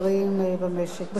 בשבוע שעבר, אדוני,